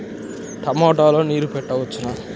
టమాట లో నీరు పెట్టవచ్చునా?